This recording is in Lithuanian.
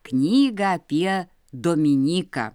knygą apie dominyką